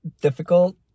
difficult